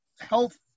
health